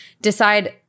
decide